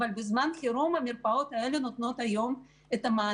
אבל בזמן חירום המרפאות האלה נותנות את המענה.